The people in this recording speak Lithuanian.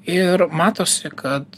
ir matosi kad